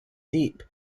deep